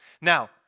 Now